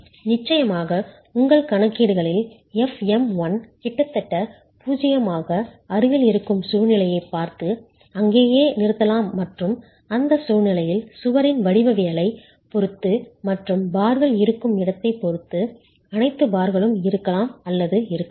நிச்சயமாக உங்கள் கணக்கீடுகளில் fm 1 கிட்டத்தட்ட 0 க்கு அருகில் இருக்கும் சூழ்நிலையைப் பார்த்து அங்கேயே நிறுத்தலாம் மற்றும் அந்தச் சூழ்நிலையில் சுவரின் வடிவவியலைப் பொறுத்து மற்றும் பார்கள் இருக்கும் இடத்தைப் பொறுத்து அனைத்து பார்களும் இருக்கலாம் அல்லது இருக்கலாம்